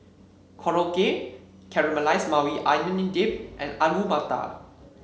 Korokke Caramelized Maui Onion Dip and Alu Matar